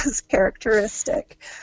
characteristic